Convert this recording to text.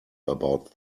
about